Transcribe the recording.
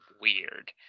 weird